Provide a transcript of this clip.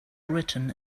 written